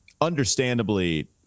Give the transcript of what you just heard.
understandably